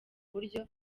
buryo